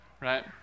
right